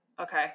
Okay